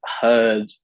heard